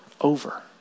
over